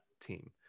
team